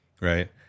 Right